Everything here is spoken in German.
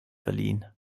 verliehen